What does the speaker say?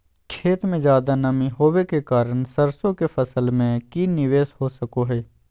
खेत में ज्यादा नमी होबे के कारण सरसों की फसल में की निवेस हो सको हय?